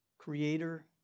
creator